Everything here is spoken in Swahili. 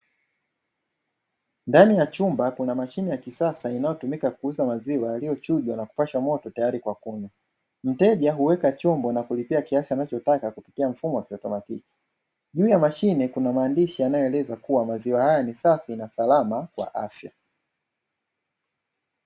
Ndani ya chumba kuna mashine ya kisasa inayotumika kuuza maziwa yaliyochujwa na kupashwa moto tayari kwa kunywa. Mteja huweka chombo na kulipia kiasi anachotaka kupitia mfumo wa kiautomatiki, juu ya mashine kuna maandishi yanayoeleza kuwa maziwa haya ni safi na salama kwa afya.